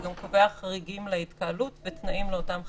וגם קובע חריגים להתקהלות ותנאים לאותם חריגים.